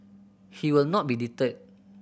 he will not be deterred